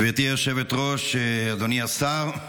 גברתי היושבת-ראש, אדוני השר,